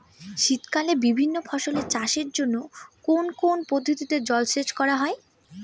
শীতকালে বিভিন্ন ফসলের চাষের জন্য কোন কোন পদ্ধতিতে জলসেচ করা হয়?